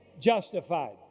justified